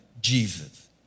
Jesus